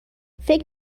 فکر